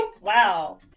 Wow